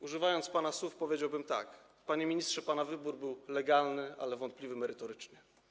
Używając pana słów, powiedziałbym tak: Panie ministrze, pana wybór był legalny, ale wątpliwy merytorycznie.